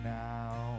now